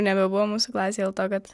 nebebuvo mūsų klasėj dėl to kad